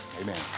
Amen